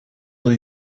that